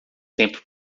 tempo